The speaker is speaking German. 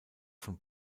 von